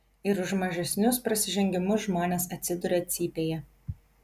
ir už mažesnius prasižengimus žmonės atsiduria cypėje